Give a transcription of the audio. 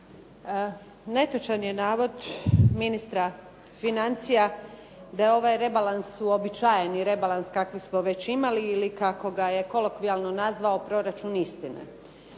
Netočan je navod ministra financija da je ovaj rebalans uobičajeni rebalans kakve smo već imali ili kako ga je kolokvijalno nazvao proračun istine.